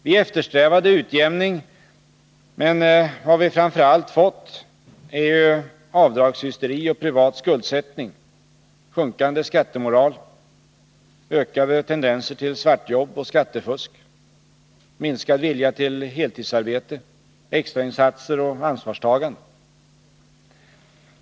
Vi eftersträvade utjämning, men vad vi framför allt fått är avdragshysteri och privat skuldsättning, sjunkande skattemoral, ökade tendenser till svartjobb och skattefusk, minskad vilja till heltidsarbete, extrainsatser och ansvarstagande.